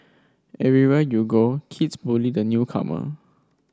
everywhere you go kids bully the newcomer